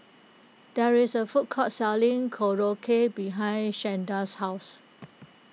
there is a food court selling Korokke behind Shanda's house